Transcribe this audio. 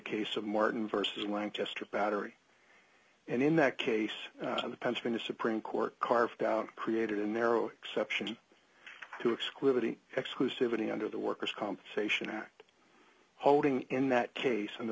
case of martin versus lancaster battery and in that case the pennsylvania supreme court carved out created a narrow exception to exclude any exclusivity under the workers compensation act holding in that case